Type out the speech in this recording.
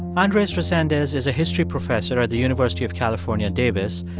andres resendez is a history professor at the university of california, davis.